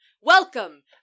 welcome